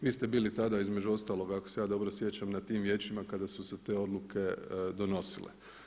Vi ste bili tada između ostalog ako se ja dobro sjećam na tim vijećima kada su se te odluke donosile.